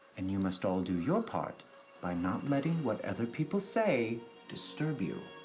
and you must all do your part by not letting what other people say disturb you.